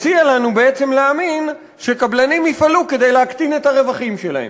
מציע לנו בעצם להאמין שקבלנים יפעלו כדי להקטין את הרווחים שלהם,